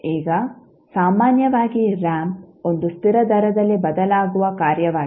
ಈಗ ಸಾಮಾನ್ಯವಾಗಿ ರಾಂಪ್ ಒಂದು ಸ್ಥಿರ ದರದಲ್ಲಿ ಬದಲಾಗುವ ಕಾರ್ಯವಾಗಿದೆ